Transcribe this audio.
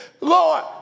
Lord